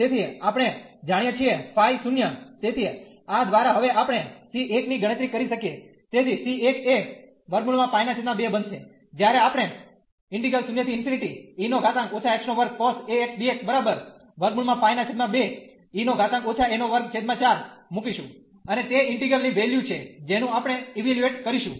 તેથી આપણે જાણીએ છીએ ϕ તેથી આ દ્વારા હવે આપણે c1 ની ગણતરી કરી શકીએ તેથી c 1 એ √π2 બનશે જ્યારે આપણે મુકીશુ અને તે ઇન્ટીગ્રલ ની વેલ્યુ છે જેનું આપણે ઇવેલ્યુએટ કરીશું